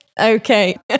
Okay